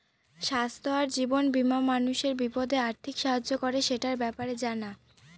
স্বাস্থ্য আর জীবন বীমা মানুষের বিপদে আর্থিক সাহায্য করে, সেটার ব্যাপারে জানা